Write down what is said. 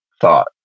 thought